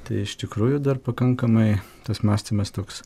tai iš tikrųjų dar pakankamai tas mąstymas toks